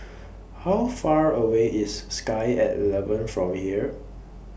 How Far away IS Sky At eleven from here